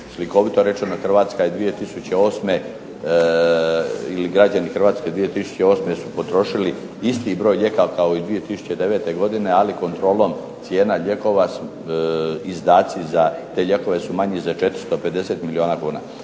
slikovito rečeno Hrvatska je 2008. ili građani 2008. su potrošili isti broj lijeka kao i 2009. godine ali kontrolom cijena lijekova izdaci za te lijekove su manji za 450 milijuna kuna.